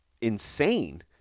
insane